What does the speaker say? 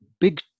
big